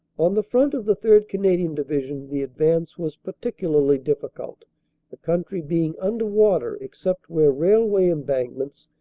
on the front of the third. canadian division the advance was particularly difficult, the country being under water except where railway embankments,